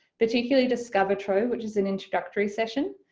particularly discover trove which is an introductory session,